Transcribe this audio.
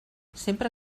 sempre